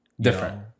different